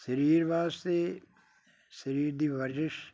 ਸਰੀਰ ਵਾਸਤੇ ਸਰੀਰ ਦੀ ਵਰਜਿਸ਼